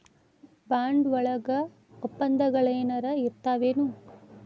Bond ವಳಗ ವಪ್ಪಂದಗಳೆನರ ಇರ್ತಾವೆನು?